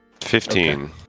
Fifteen